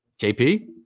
JP